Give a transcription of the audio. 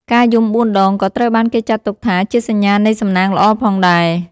ការយំ បួនដង ក៏ត្រូវបានគេចាត់ទុកថាជាសញ្ញានៃសំណាងល្អផងដែរ។